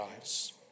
eyes